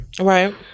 Right